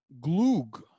glug